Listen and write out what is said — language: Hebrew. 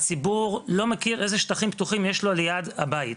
הציבור לא מכיר איזה שטחים פתוחים יש לו ליד הבית.